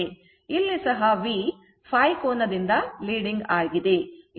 ಇಲ್ಲಿ ಸಹ v ϕ ಕೋನದಿಂದ leading ಆಗಿದೆ